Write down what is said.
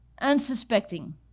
unsuspecting